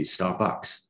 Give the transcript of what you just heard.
Starbucks